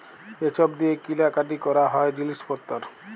যে ছব দিঁয়ে কিলা কাটি ক্যরা হ্যয় জিলিস পত্তর